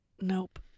Nope